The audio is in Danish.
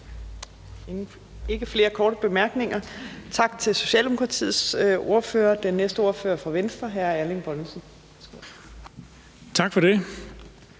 ikke flere korte bemærkninger. Tak til Socialdemokratiets ordfører. Den næste ordfører er fra Venstre, hr. Erling Bonnesen. Kl.